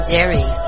Jerry